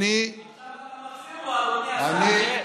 עכשיו אתה מחזיר לו, אדוני השר.